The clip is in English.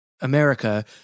America